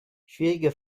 schwierige